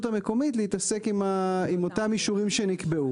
המקומית להתעסק עם אותם אישורים שנקבעו.